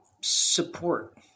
support